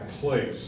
place